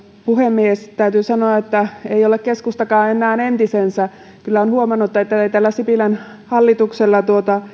puhemies täytyy sanoa että ei ole keskustakaan enää entisensä kyllä on huomannut että ei tällä sipilän hallituksella